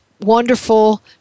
wonderful